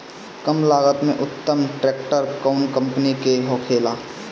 कम लागत में उत्तम ट्रैक्टर कउन कम्पनी के होखेला?